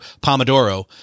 Pomodoro